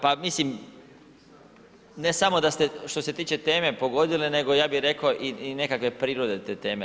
Pa mislim, ne samo da ste što se tiče teme pogodili nego ja bi rekao i nekakve prirode te teme.